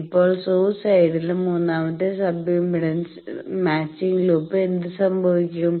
ഇപ്പോൾ സോഴ്സ് സൈഡിലെ മൂന്നാമത്തെ സബ് ഇംപെഡൻസ് മാച്ചിംഗ് ലൂപ്പിന് എന്ത് സംഭവിക്കും